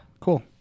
Cool